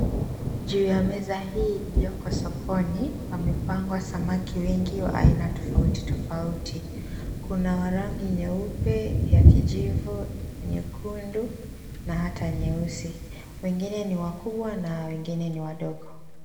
Juu ya meza hii ilioko sokoni kumepangwa samaki nyingi aina tofauti tofauti. Kuna wa rangi nyeupe, ya kijivu, nyekundu na hata nyeusi. Wengine ni wakubwa na wengine ni wadogo.